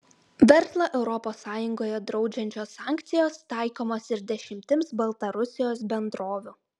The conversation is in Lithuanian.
verslą europos sąjungoje draudžiančios sankcijos taikomos ir dešimtims baltarusijos bendrovių